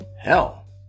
Hell